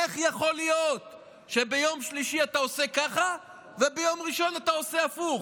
איך יכול להיות שביום שלישי אתה עושה ככה וביום ראשון אתה עושה הפוך?